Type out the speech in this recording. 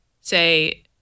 say